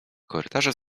korytarze